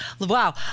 Wow